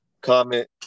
comment